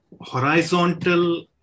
Horizontal